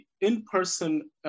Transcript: in-person